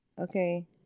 Okay